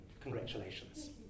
Congratulations